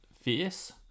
fierce